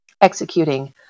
executing